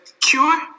cure